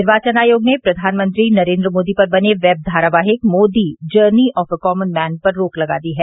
निर्वाचन आयोग ने प्रधानमंत्री नरेन्द्र मोदी पर बने वेब धारावाहिक Modi journey of a common man पर रोक लगा दी है